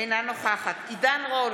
אינה נוכחת עידן רול,